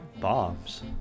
Bombs